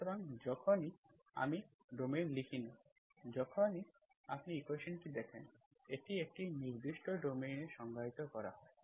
সুতরাং যখনই আমি ডোমেইন লিখি না যখনই আপনি ইকুয়েশন্সটি দেখেন এটি একটি নির্দিষ্ট ডোমেইন এ সংজ্ঞায়িত করা হয়